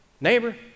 neighbor